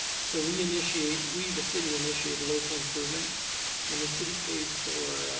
so we initiate, we the city initiate local improvement and the city pays for